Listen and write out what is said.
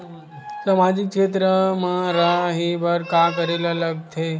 सामाजिक क्षेत्र मा रा हे बार का करे ला लग थे